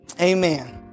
amen